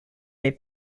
mes